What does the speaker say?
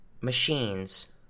machines